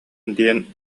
диэн